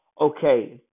Okay